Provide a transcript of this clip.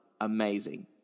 amazing